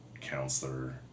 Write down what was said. counselor